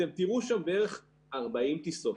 אתם תראו שם בערך 40 טיסות,